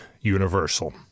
universal